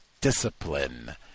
Discipline